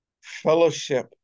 fellowship